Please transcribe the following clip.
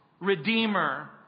redeemer